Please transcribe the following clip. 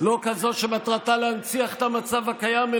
לא כזאת שמטרתה להנציח את המצב הקיים,